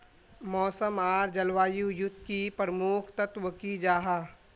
मौसम आर जलवायु युत की प्रमुख तत्व की जाहा?